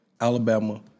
Alabama